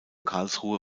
karlsruhe